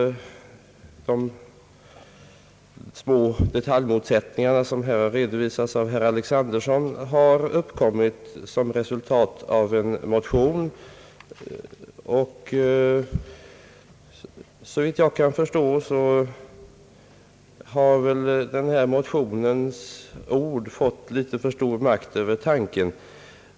De två detaljmotsättningar, som här har redovisats av herr Alexanderson, har uppkommit som resultat av en motion, och såvitt jag kan förstå har väl denna motions ord fått litet för stor makt över tanken.